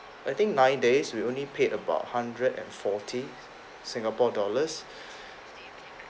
I think nine days we only paid about hundred and forty singapore dollars